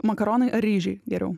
makaronai ar ryžiai geriau